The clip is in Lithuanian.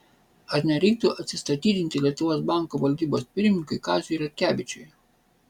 ar nereiktų atsistatydinti lietuvos banko valdybos pirmininkui kaziui ratkevičiui